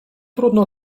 trudno